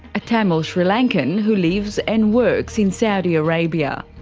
a tamil sri lankan who lives and works in saudi arabia.